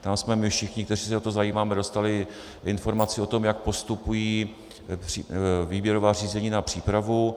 Tam jsme my všichni, kteří se o to zajímáme, dostali informaci o tom, jak postupují výběrová řízení na přípravu.